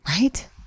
Right